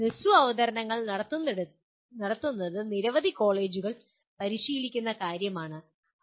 ഹ്രസ്വ അവതരണങ്ങൾ നടത്തുന്നത് നിരവധി കോളേജുകൾ പരിശീലിക്കുന്ന കാര്യമാണിത്